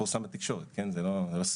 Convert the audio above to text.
פורסם בתקשורת, זה לא סוד.